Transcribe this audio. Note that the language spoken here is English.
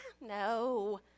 No